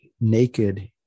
naked